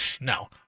No